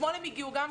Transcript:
שהגיעו אתמול.